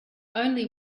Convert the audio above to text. only